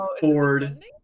Ford